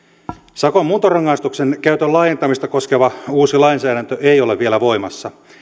sakon muuntorangaistuksen käytön laajentamista koskeva uusi lainsäädäntö ei ole vielä voimassa